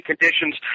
conditions